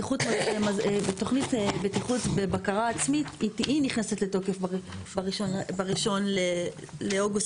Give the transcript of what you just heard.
תוכנית בטיחות בבקרה עצמית היא נכנסת לתוקף ב-1 באוגוסט